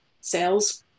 sales